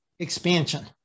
expansion